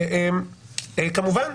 כמובן,